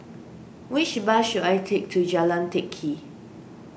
which bus should I take to Jalan Teck Kee